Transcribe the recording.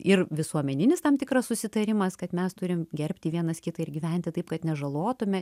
ir visuomeninis tam tikras susitarimas kad mes turim gerbti vienas kitą ir gyventi taip kad nežalotume